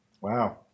Wow